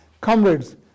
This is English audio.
comrades